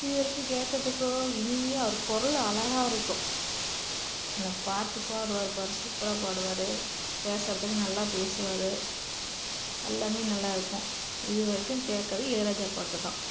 இதுவரைக்கும் கேட்கறதுக்கோ இனிமையாக அவரு குரலு அழகாக இருக்கும் அந்த பாட்டு பாடுவார் பார் சூப்பராக பாடுவார் பேசுறதுக்கு நல்லா பேசுவார் எல்லாமே நல்லா இருக்கும் இதுவரைக்கும் கேட்கறது இளையராஜா பாட்டு தான்